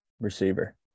receiver